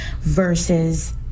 versus